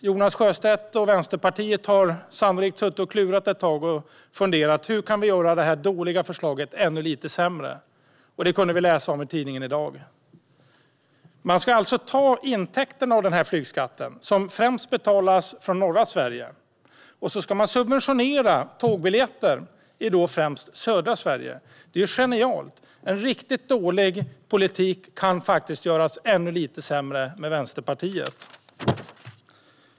Jonas Sjöstedt och Vänsterpartiet klurade sannolikt ett tag på hur de kunde göra detta dåliga förslag ännu lite sämre. Vi kunde läsa om det i tidningen i dag. Man ska alltså ta intäkten av denna flygskatt, som främst betalas av norra Sverige, och subventionera tågbiljetter i främst södra Sverige. Det är genialt. En riktigt dålig politik kan faktiskt göras ännu lite sämre med Vänsterpartiet.